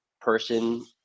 person